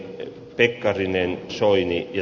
pekkarinen soini ja